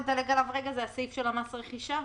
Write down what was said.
זה הסעיף של מס הרכישה.